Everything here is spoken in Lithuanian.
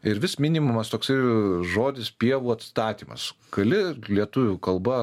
ir vis minimumas toksai žodis pievų atstatymas gali lietuvių kalba